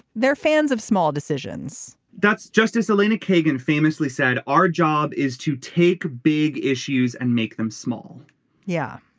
they're fans of small decisions that's justice elena kagan famously said our job is to take big issues and make them small yeah.